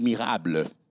Admirable